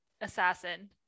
assassin